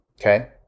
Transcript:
okay